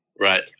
right